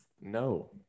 No